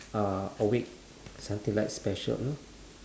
uh awake something like special you know